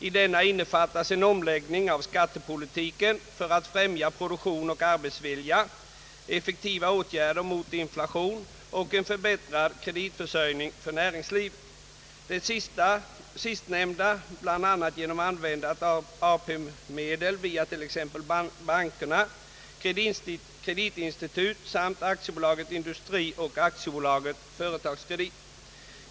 I denna innefattas en omläggning av skattepolitiken för att främja produktion och arbetsvilja, effektiva åtgärder mot inflationen och en förbättrad kapitalförsörjning för näringslivet, det sistnämnda bl.a. genom användning av AP medel t.ex. via bankerna, kreditinstitut samt AB Industrikredit och AB Företagskredit.